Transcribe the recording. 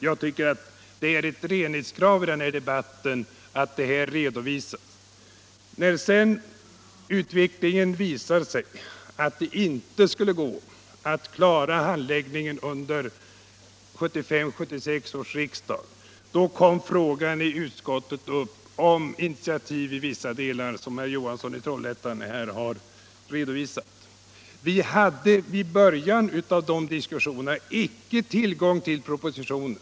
Jag tycker att det är ett renlighetskrav i den här debatten att detta förhållande redovisas. När utvecklingen sedan visade att det inte skulle gå att klara handläggningen under 1975/76 års riksmöte kom frågan upp i utskottet om initiativ i vissa delar, som herr Johansson i Trollhättan här har redovisat. Vi hade i början av de diskussionerna icke tillgång till propositionen.